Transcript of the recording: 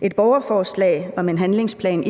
Et borgerforslag om en handlingsplan mod